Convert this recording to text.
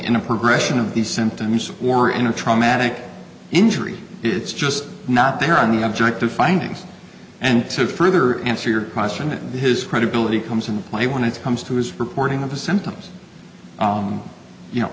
in a progression of these symptoms or in a traumatic injury it's just not there are no objective findings and so further answer your question that his credibility comes into play when it comes to his reporting of the symptoms you know